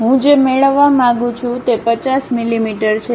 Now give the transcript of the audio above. હું જે મેળવવા માંગુ છું તે 50 મિલીમીટર છે